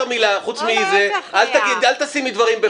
הוא לא אמר מילה, חוץ מזה אל תשימי דברים בפיו.